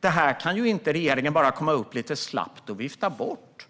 Detta kan ju inte regeringen bara lite slappt vifta bort.